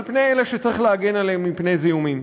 פני אלה שצריך להגן עליהם מפני זיהומים.